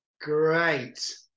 great